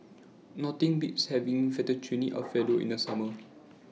Nothing Beats having Fettuccine Alfredo in The Summer